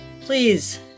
Please